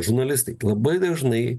žurnalistai labai dažnai